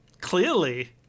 Clearly